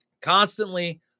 Constantly